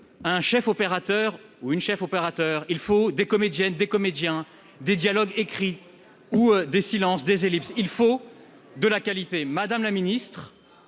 un chef opérateur ou une chef opérateur, il faut des comédiens, des comédiens, des dialogues écrits ou des silences, des ellipses, il faut de la qualité, Madame la Ministre,